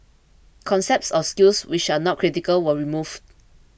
concepts or skills which are not critical were removed